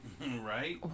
Right